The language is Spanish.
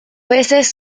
veces